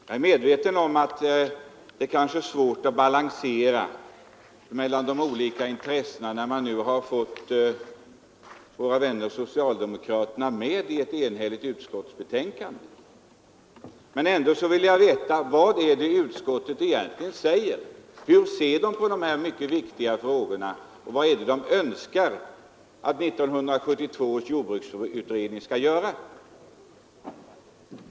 Jag är medveten om att det kanske är svårt att balansera mellan de olika intressena när man nu fått våra vänner socialdemokraterna med i ett enhälligt utskottsbetänkande. Men jag vill ändå veta vad det egentligen är utskottet säger. Hur ser man på de här mycket viktiga frågorna, och vad är det man önskar att 1972 års jordbruksutredning skall göra?